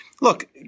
Look